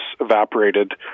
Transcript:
evaporated